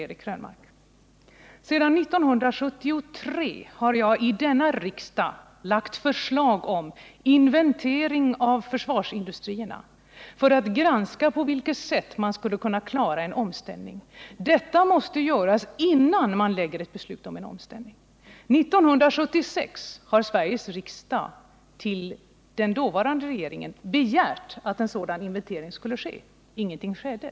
Jag har sedan 1973 i riksdagen lagt fram förslag om inventering av försvarsindustrierna för att granska på vilket sätt man skulle kunna klara en omställning. Denna måste göras innan man lägger fram ett beslut om en omställning. År 1976 begärde Sveriges riksdag av den dåvarande regeringen att en sådan inventering skulle ske, men ingenting gjordes.